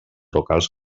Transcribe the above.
locals